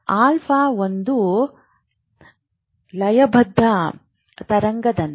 alpha ಒಂದು ಲಯಬದ್ಧ ತರಂಗದಂತೆ